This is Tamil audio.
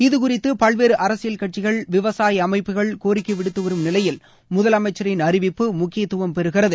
இது குறித்து பல்வேறு அரசியல் கட்சிகள் விவசாய அமைப்புகள் கோரிக்கை விடுத்துவரும் நிலையில் முதலமைச்சரின் அறிவிப்பு முக்கியத்துவம் பெறுகிறது